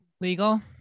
legal